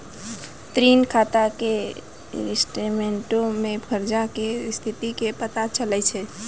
ऋण खाता के स्टेटमेंटो से कर्जा के स्थिति के पता चलै छै